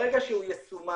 ברגע שהוא יסומן